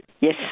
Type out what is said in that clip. Yes